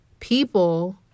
People